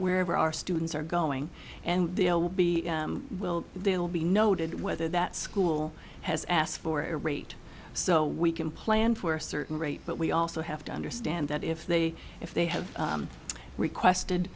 wherever our students are going and they'll be will they will be noted whether that school has asked for a rate so we can plan for a certain rate but we also have to understand that if they if they have requested